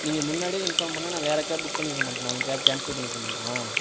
நீங்கள் முன்னாடியே இன்ஃபார்ம் பண்ணா நான் வேற கேப் புக் பண்ணியிருக்க மாட்டேனா உங்கள் கேப் கேன்சல் பண்ணிக்க மாட்டேனா